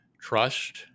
trust